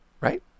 right